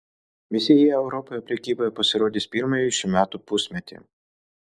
visi jie europoje prekyboje pasirodys pirmąjį šių metų pusmetį